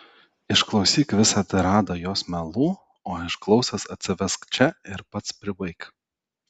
išklausyk visą tiradą jos melų o išklausęs atsivesk čia ir pats pribaik